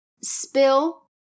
Spill